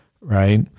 right